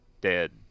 dead